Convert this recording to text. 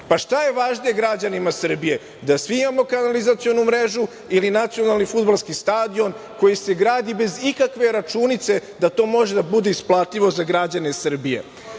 Šta je važnije građanima Srbije? Da svi imamo kanalizacionu mrežu ili nacionalni fudbalski stadion koji se gradi bez ikakve računice da to može da bude isplativo za građane Srbije? Jasno